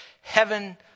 heaven